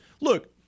look